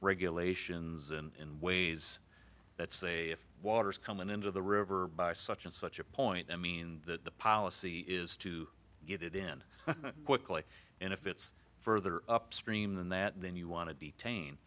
regulations in ways that say if water is coming into the river by such and such a point i mean that the policy is to get it in quickly and if it's further upstream than that then you want to detain